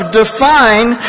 define